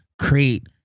create